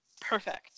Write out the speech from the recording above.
perfect